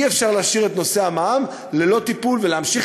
אי-אפשר להשאיר את נושא המע"מ ללא טיפול ולהמשיך